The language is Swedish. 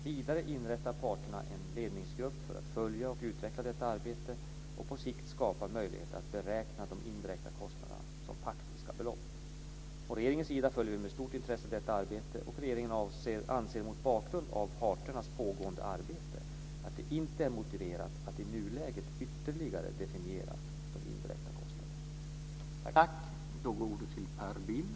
Vidare inrättar parterna en ledningsgrupp för att följa och utveckla detta arbete och på sikt skapa möjligheter att beräkna de indirekta kostnaderna som faktiska belopp. Från regeringens sida följer vi med stort intresse detta arbete, och regeringen anser mot bakgrund av parternas pågående arbete att det inte är motiverat att i nuläget ytterligare definiera de indirekta kostnaderna.